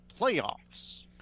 playoffs